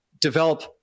develop